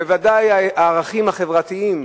ודאי הערכים החברתיים,